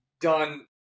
done